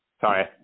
sorry